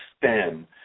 STEM